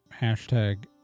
hashtag